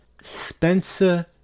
Spencer